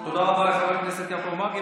תודה רבה לחבר הכנסת יעקב מרגי.